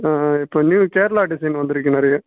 இப்போ new Kerala design வந்துருக்குது நிறைய